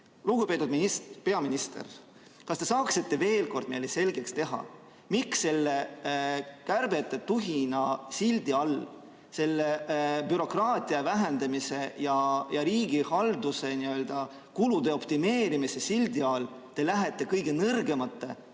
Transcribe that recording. Lugupeetud peaminister! Kas te saaksite veel kord meile selgeks teha, miks selle kärbete tuhina sildi all, selle bürokraatia vähendamise ja riigihalduse kulude optimeerimise sildi all te lähete kõige nõrgemate,